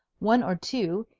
one or two,